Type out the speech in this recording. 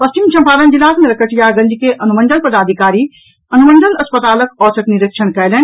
पश्चिम चंपारण जिलाक नरकटियागंज के अनुमंडल पदाधिकारी अनुमंडल अस्पतालक औचक निरीक्षण कयलनि